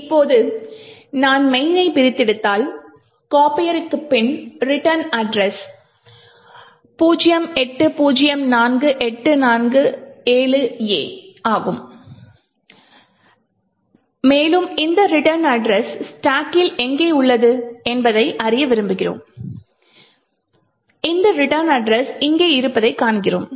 இப்போது நான் main னை பிரித்தெடுத்தால் copier க்கு பின் ரிட்டர்ன் அட்ரஸ் 0804847A ஆகும் மேலும் இந்த ரிட்டர்ன் அட்ரஸ் ஸ்டாக்கில் எங்கே உள்ளது என்பதை அறிய விரும்புகிறோம் மேலும் இந்த ரிட்டர்ன் அட்ரஸ் இங்கே இருப்பதைக் காண்கிறோம்